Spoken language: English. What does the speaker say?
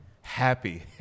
Happy